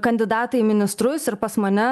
kandidatai į ministrus ir pas mane